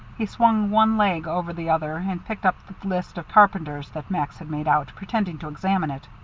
he swung one leg over the other and picked up the list of carpenters that max had made out, pretending to examine it.